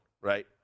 right